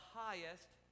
highest